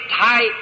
tight